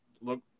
look